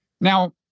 Now